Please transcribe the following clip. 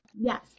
Yes